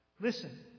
Listen